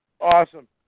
Awesome